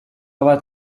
bat